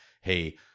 Hey